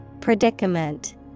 Predicament